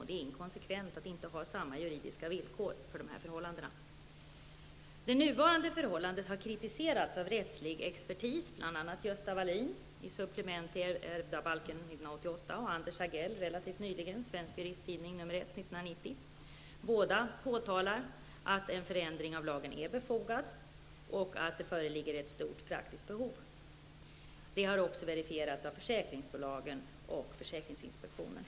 Det är inkonsekvent att inte samma juridiska villkor gäller på försäkringsområdet. Det nuvarande förhållandet har kritiserats av rättslig expertis, bl.a. av Gösta Walin i supplement till ärvdabalken 1988 och relativt nyligen av Anders Agell i Svensk Juristtidning 1/1990. Båda påtalar att en förändring av lagen är befogad, och att det föreligger ett stort praktiskt behov. Detta har också verifierats av försäkringsbolagen och försäkringsinspektionen.